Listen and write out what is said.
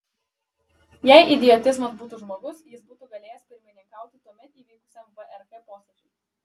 jei idiotizmas būtų žmogus jis būtų galėjęs pirmininkauti tuomet įvykusiam vrk posėdžiui